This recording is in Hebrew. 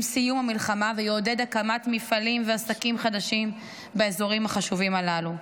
סיום המלחמה ויעודד הקמת מפעלים ועסקים חדשים באזורים החשובים הללו.